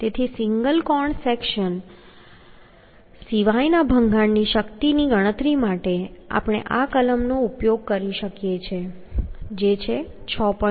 તેથી સિંગલ કોણ સેક્શન સિવાયના ભંગાણ શક્તિની ગણતરી માટે આપણે આ કલમનો ઉપયોગ કરી શકીએ છીએ જે કલમ 6